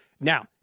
Now